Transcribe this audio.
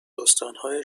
استانهای